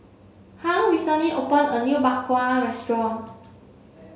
Hung recently opened a new Bak Kwa restaurant